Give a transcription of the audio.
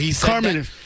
Carmen